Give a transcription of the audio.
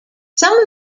some